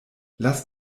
lass